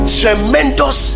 tremendous